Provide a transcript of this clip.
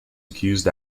accused